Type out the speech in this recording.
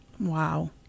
Wow